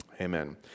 Amen